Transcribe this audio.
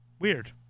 Weird